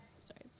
sorry